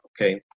okay